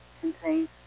contains